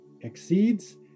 exceeds